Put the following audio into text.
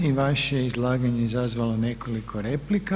I vaše izlaganje izazvalo je nekoliko replika.